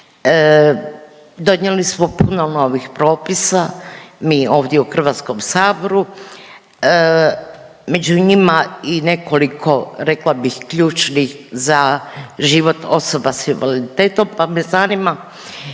Donijeli smo puno novih propisa mi ovdje u HS-u, među njima i nekoliko, rekla bih, ključnih za život osoba s invaliditetom, pa me zanima,